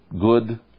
good